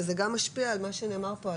וזה גם משפיע על מה שנאמר פה,